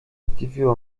zdziwiło